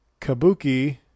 Kabuki